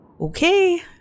Okay